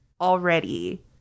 already